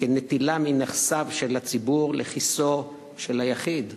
כנטילה מנכסיו של הציבור לכיסו של היחיד,